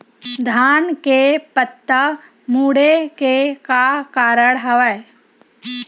धान के पत्ता मुड़े के का कारण हवय?